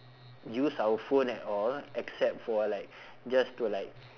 use our phone at all except for like just to like